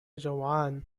جوعان